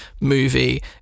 movie